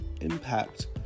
impact